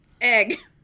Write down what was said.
Egg